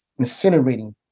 incinerating